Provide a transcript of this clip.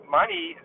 money